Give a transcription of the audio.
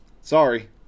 Sorry